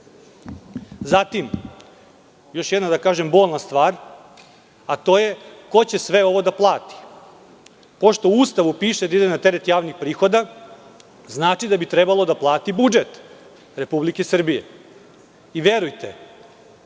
promeniti. Još jedna bolna stvar – ko će sve ovo da plati? Pošto u Ustavu piše da ide na teret javnih prihoda, znači da bi trebalo da plati budžet Republike Srbije. Verujte,